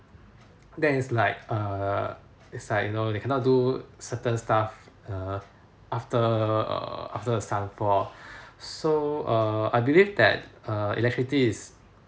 then is like err is like you know they cannot do certain stuff err after err after the sun fall so err I believe that err electricity is